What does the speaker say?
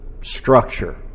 structure